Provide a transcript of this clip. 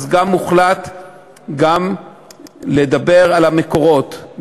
הוחלט גם לדבר על המקורות,